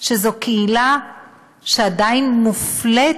שזו קהילה שעדיין מופלית,